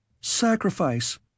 Sacrifice